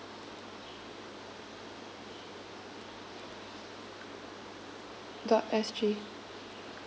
dot S G